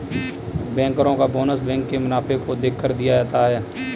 बैंकरो का bonus bank के मुनाफे को देखकर दिया जाता है